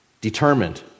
determined